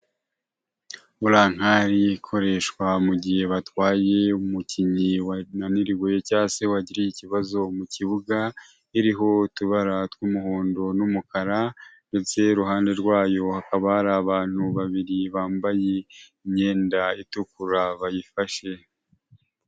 Brankari ikoreshwa mu gihe batwaye umukinnyi wananiriwe cyangwa se wagiriye ikibazo mu kibuga, iriho utubara tw'umuhondo n'umukara ndetse iruhande rwayo hakaba hari abantu babiri bambaye imyenda itukura bayifashe.